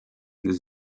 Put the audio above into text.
this